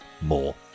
more